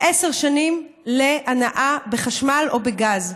עשר שנים להנעה בחשמל או בגז.